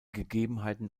gegebenheiten